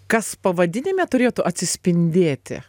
kas pavadinime turėtų atsispindėti